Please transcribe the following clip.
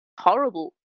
horrible